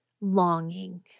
longing